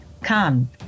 Come